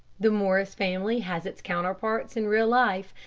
the morris family has its counterparts in real life,